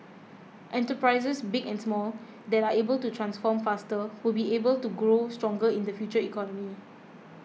enterprises big and small that are able to transform faster will be able to grow stronger in the future economy